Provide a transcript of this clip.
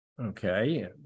okay